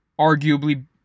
arguably